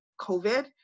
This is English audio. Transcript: covid